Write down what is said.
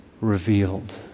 revealed